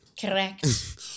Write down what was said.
Correct